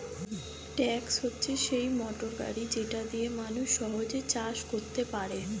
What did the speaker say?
tractor হচ্ছে সেই motor গাড়ি যেটা দিয়ে সহজে মানুষ চাষ করতে পারে